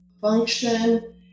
function